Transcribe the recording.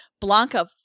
Blanca